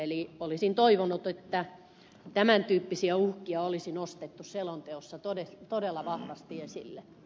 eli olisin toivonut että tämän tyyppisiä uhkia olisi nostettu selonteossa todella vahvasti esille